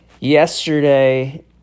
Yesterday